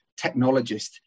technologist